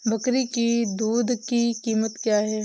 बकरी की दूध की कीमत क्या है?